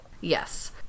Yes